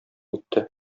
итте